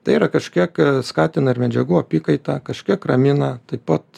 tai yra kažkiek skatina ir medžiagų apykaitą kažkiek ramina taip pat